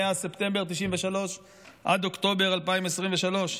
מאז ספטמבר 1993 עד אוקטובר 2023?